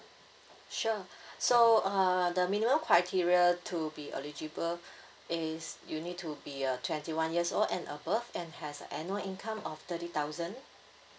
sure so uh the minimum criteria to be eligible is you need to be uh twenty one years old and above and has a annual income of thirty thousand